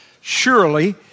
Surely